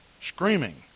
screaming